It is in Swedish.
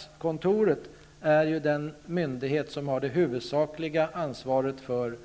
Statskontoret är ju den myndighet som har det huvudsakliga ansvaret för